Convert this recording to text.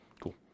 Cool